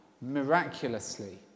miraculously